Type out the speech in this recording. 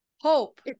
Hope